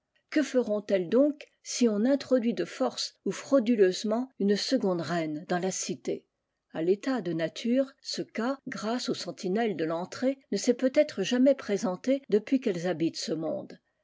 que feront elles donc si on introduit de force ou frauduleusement une seconde reine dans la cité a l'état de nature ce cas grâce aux sentinelles de l'entrée ne s'est peut-être jamais présenté depuis qu'elles habitent ce monde